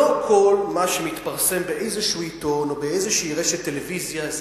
לא כל מה שמתפרסם באיזה עיתון או באיזה רשת טלוויזיה זה